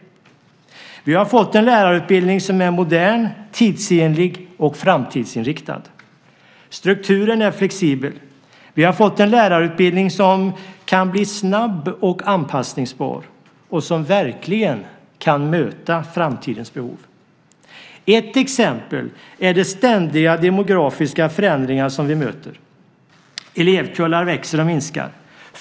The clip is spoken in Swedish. Vi har fått en lärarutbildning som är modern, tidsenlig och framtidsinriktad. Strukturen är flexibel. Vi har fått en lärarutbildning som kan bli snabb och anpassningsbar och som verkligen kan möta framtidens behov. Ett exempel är de ständiga demografiska förändringar som vi möter. Elevkullar växer och minskar.